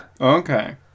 Okay